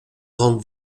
grande